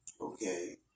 Okay